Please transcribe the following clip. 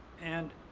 and